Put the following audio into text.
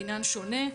דינן שונה?